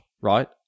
right